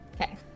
okay